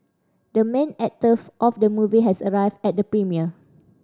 the main actor of the movie has arrived at the premiere